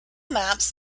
maps